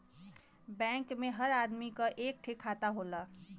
bank मे हर आदमी क एक ठे खाता होला